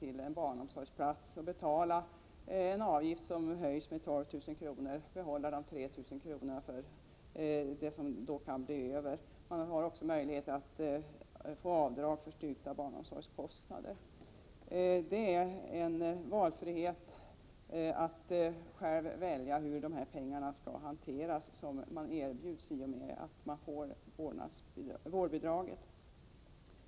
till en barnomsorgsplats och betala en avgift som höjs med 12 000 kr. Man kan då behålla de 3 000 kr. som blir över. Det finns också möjlighet att få avdrag för styrkta barnomsorgskostnader. Det är valfrihet. Man får själv välja hur de pengar som man erbjuds i och med att man får vårdnadsbidraget skall hanteras.